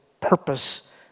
purpose